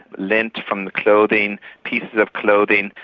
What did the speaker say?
lint from the clothing, pieces of clothing,